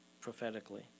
prophetically